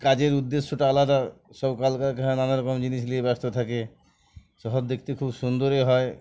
কাজের উদ্দেশ্যটা আলাদা সব কল কারখানা নানারকম জিনিস নিয়ে ব্যস্ত থাকে শহর দেখতে খুব সুন্দরই হয়